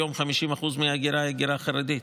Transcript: היום 50% מההגירה היא הגירה חרדית.